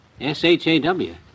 S-H-A-W